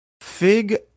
Fig